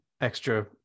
extra